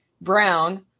Brown